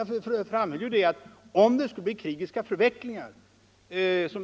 Jag framhöll tvärtom att om det skulle bli krigiska förvecklingar, så